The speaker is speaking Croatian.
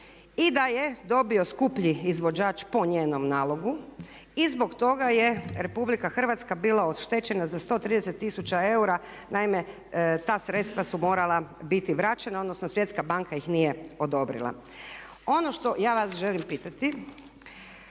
i da je dobio skuplji izvođač po njenom nalogu i zbog toga je RH bila oštećena za 130 tisuća eura. Naime, ta sredstva su morala biti vraćena odnosno Svjetska banka ih nije odobrila. Ono što ja vas želim pitati.